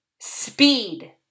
speed